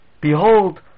Behold